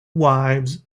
wives